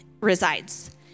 resides